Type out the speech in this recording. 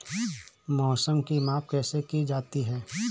मौसम की माप कैसे की जाती है?